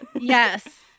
Yes